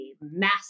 massive